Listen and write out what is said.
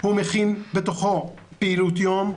הוא מכיל בתוכו פעילות יום,